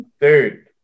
Dude